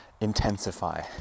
Intensify